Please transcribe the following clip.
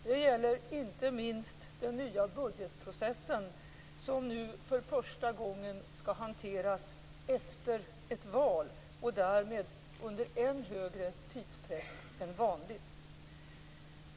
Det gäller inte minst den nya budgetprocessen, som nu för första gången skall hanteras efter ett val och därmed under än större tidspress än vanligt.